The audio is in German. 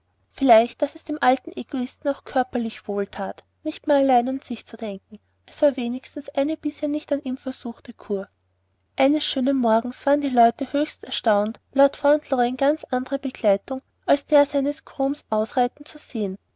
vielleicht daß es dem alten egoisten auch körperlich wohl that nicht mehr allein an sich zu denken es war wenigstens eine bisher nicht an ihm versuchte kur eines schönen morgens waren die leute höchlichst erstaunt lord fauntleroy in ganz andrer begleitung als der seines grooms ausreiten zu sehen